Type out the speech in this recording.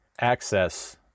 access